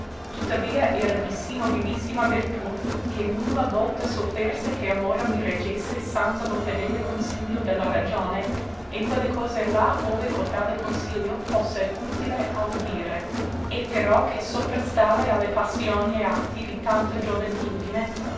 tuttavia era di sì nobilissima vertù che nulla volta sofferse che amore mi reggesse sanza lo fedele consiglio de la ragione in quelle cose là ove cotale consiglio fosse utile a udire e però che soprastare a le passioni e atti di tanta